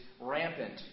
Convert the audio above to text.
rampant